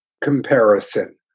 comparison